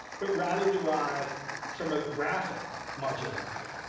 but rather derive from a graphic modularity,